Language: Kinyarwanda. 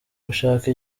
gushaka